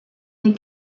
they